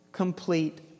complete